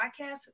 podcast